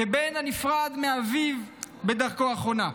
כבן הנפרד מאביו בדרכו האחרונה.